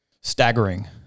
staggering